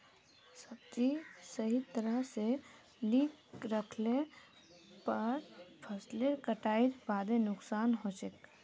सब्जी सही तरह स नी राखले पर फसलेर कटाईर बादे नुकसान हछेक